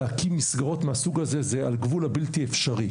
להקים מסגרות מהסוג הזה זה על גבול הבלתי אפשרי.